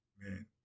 man